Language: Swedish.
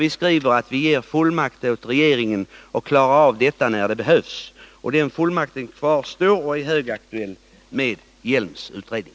Vi skriver att vi ger fullmakt åt regeringen att klara av detta när det behövs. Den fullmakten kvarstår och är högaktuell med Hjelms utredning.